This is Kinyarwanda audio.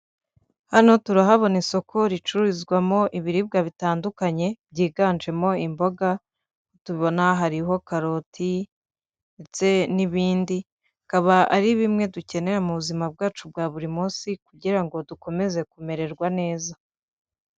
Hano turahabona isoko ricururizwamo ibiribwa bitandukanye byiganjemo imboga tubona hariho karoti ndetse n'ibindi bikaba ari bimwe dukenera mu buzima bwacu bwa buri munsi kugira ngo dukomeze kumererwa neza.